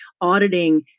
auditing